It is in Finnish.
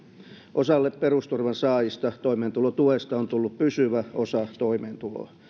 osalle perusturvan saajista toimeentulotuesta on tullut pysyvä osa toimeentuloa